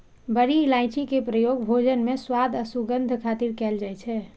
बड़ी इलायची के प्रयोग भोजन मे स्वाद आ सुगंध खातिर कैल जाइ छै